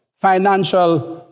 financial